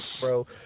bro